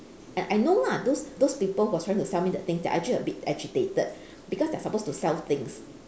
I I know lah those those people who are trying to sell me the things they are actually a bit agitated because they are supposed to sell things